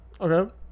Okay